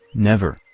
never,